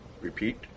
Repeat